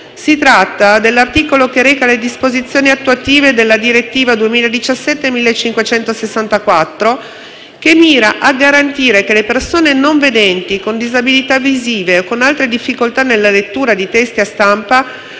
Si tratta dell'articolo che reca le disposizioni attuative della direttiva 2017/1564, che mira a garantire che le persone non vedenti, con disabilità visive o con altre difficoltà nella lettura di testi a stampa